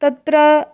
तत्र